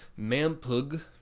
Mampug